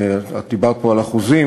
את דיברת פה על אחוזים,